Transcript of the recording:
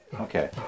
okay